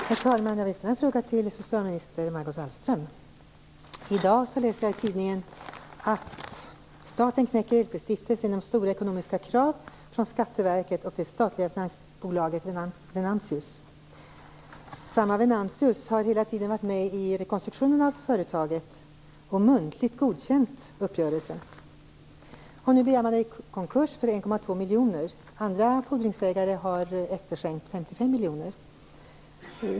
Herr talman! Jag vill ställa en fråga till socialminister Margot Wallström. I dag läste jag i tidningen att staten knäcker LP stiftelsen genom stora ekonomiska krav från skatteverket och det statliga finansbolaget Venantius. Venantius har hela tiden varit med i rekonstruktionen av företaget och muntligt godkänt uppgörelsen. Nu begärs LP-stiftelsen i konkurs för 1,2 miljoner. Andra fordringsägare har efterskänkt 55 miljoner.